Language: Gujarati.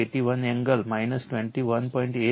81 એંગલ 21